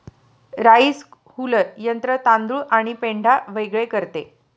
rice huller यंत्र तांदूळ आणि पेंढा वेगळे करते